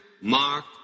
Mark